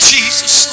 Jesus